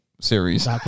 series